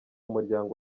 muryango